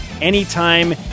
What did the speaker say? anytime